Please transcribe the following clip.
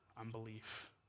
unbelief